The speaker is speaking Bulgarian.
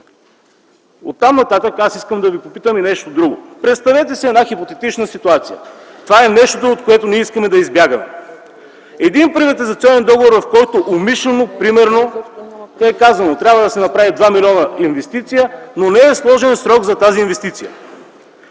Оттам нататък искам да ви попитам и нещо друго. Представете си една хипотетична ситуация – това е нещото, от което искаме да избягаме – един приватизационен договор, в който примерно умишлено е казано: трябва да се направи 2 млн. инвестиция, но не е сложен срок за тази инвестиция.